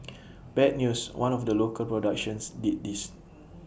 bad news one of the local productions did this